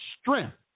strength